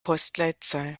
postleitzahl